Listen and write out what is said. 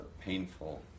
painful